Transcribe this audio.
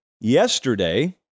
yesterday